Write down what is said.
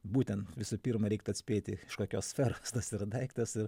būtent visų pirma reiktų atspėti kokios sferos tas yra daiktas ir